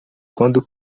quando